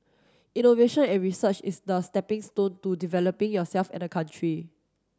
innovation and research is the stepping stone to developing yourself and the country